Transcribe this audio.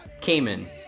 Cayman